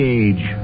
age